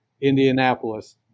Indianapolis